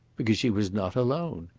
because she was not alone.